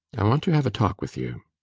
i want to have a talk with you.